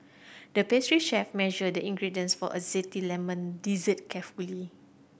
the pastry chef measured the ingredients for a zesty lemon dessert carefully